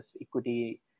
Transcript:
equity